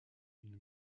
une